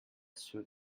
suit